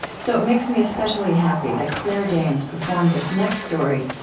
so it makes me especially happy that claire danes performed this next story,